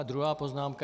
Druhá poznámka.